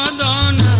ah nine